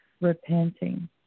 repenting